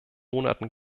monaten